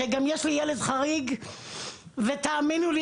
שביניהם גם לי ילד אחד שהוא חריג ותאמינו לי,